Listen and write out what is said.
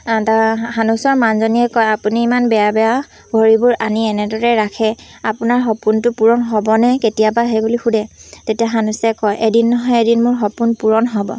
তাৰ সানুচৰ মানুহজনীয়ে কয় আপুনি ইমান বেয়া বেয়া ঘড়ীবোৰ আনি এনেদৰে ৰাখে আপোনাৰ সপোনটো পূৰণ হ'বনে কেতিয়াবা সেই বুলি সোধে তেতিয়া সানুচে কয় এদিন নহয় এদিন মোৰ সপোন পূৰণ হ'ব